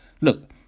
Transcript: look